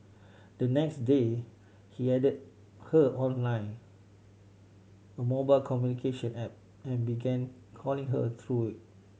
the next day he added her on Line a mobile communication app and began calling her through